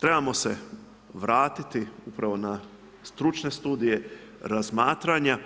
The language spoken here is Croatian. Trebamo se vratiti upravo na stručne studije razmatranja